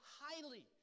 highly